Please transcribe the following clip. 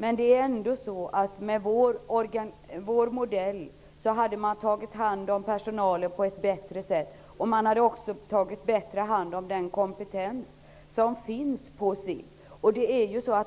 Men med vår modell hade personalen tagits omhand på ett bättre sätt. Man hade också bättre tagit till vara den kompetens som finns på SIB.